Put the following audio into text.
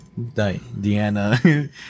Deanna